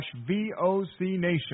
vocnation